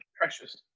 precious